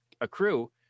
accrue